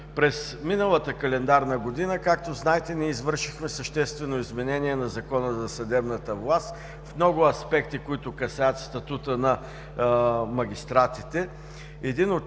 През миналата календарна година, както знаете, ние извършихме съществено изменение на Закона за съдебната власт в много аспекти, които касаят статута на магистратите.